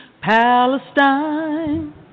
Palestine